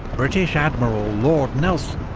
british admiral lord nelson,